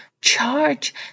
charge